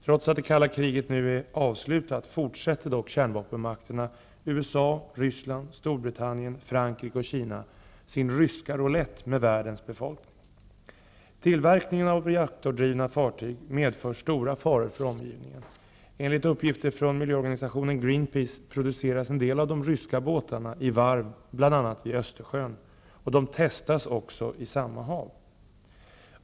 Trots att det kalla kriget nu är avslutat fortsätter dock kärnvapenmakterna USA, Ryssland, Storbritannien, Frankrike och Kina sin ryska roulett med världens befolkning. Tillverkningen av reaktordrivna fartyg medför stora faror för omgivningen. Enligt uppgifter från miljöorganisationen Greenpeace produceras en del av de ryska båtarna i varv bl.a. vid Östersjön. De testas också i samma hav.